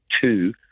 two